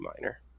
minor